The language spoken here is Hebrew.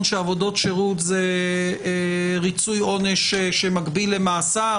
שעבודות שירות זה ריצוי עונש שמקביל למאסר?